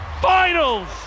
Finals